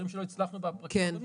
גם דברים שלא הצלחנו בפרקים הקודמים,